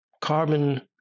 carbon